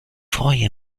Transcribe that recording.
freue